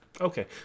okay